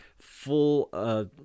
full